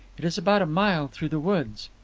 it is about a mile through the woods.